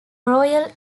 royal